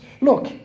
look